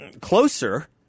Closer